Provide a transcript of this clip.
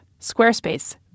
Squarespace